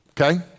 Okay